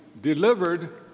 delivered